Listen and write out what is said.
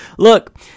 Look